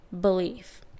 belief